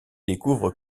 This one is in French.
découvre